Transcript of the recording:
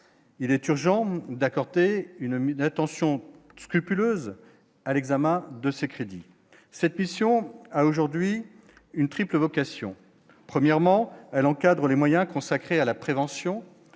il est urgent d'accorder une âme, une attention scrupuleuse à l'examen de ces crédits, cette mission a aujourd'hui une triple vocation premièrement elle encadre les moyens consacrés à la prévention